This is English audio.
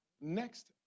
Next